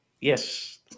Yes